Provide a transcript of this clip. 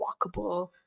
walkable